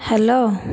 hello